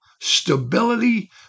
stability